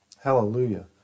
Hallelujah